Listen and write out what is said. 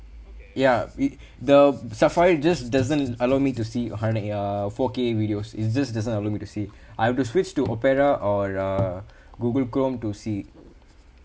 ya it the safari just doesn't allow me to see a hundred and eight uh four K videos it just doesn't allow me to see I have to switch to opera or uh google chrome to see